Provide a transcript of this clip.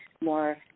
more